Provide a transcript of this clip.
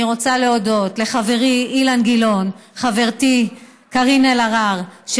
אני רוצה להודות לחברי אילן גילאון ולחברתי קארין אלהרר,